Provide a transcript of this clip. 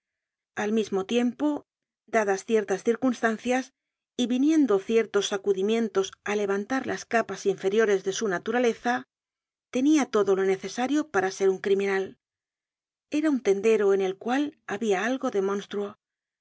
al mismo tiempo dadas ciertas circunstancias y viniendo ciertos sacudimientos á levantar las capas inferiores de su naturaleza tenia todo lo necesario para ser un criminal era un tendero en el cual habia algo del mónstruo